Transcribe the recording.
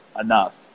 enough